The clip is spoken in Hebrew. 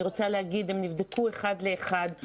אני רוצה להגיד שהטענות נבדקו אחת לאחת,